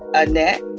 annette,